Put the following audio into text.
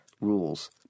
rules